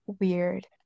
weird